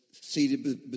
seated